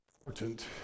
important